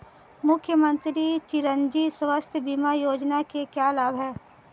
मुख्यमंत्री चिरंजी स्वास्थ्य बीमा योजना के क्या लाभ हैं?